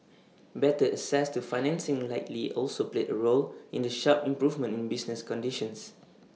better access to financing likely also played A role in the sharp improvement in business conditions